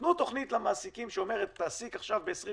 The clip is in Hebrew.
תנו תוכנית למעסיקים שאומרת תעסיק עכשיו ב-20%,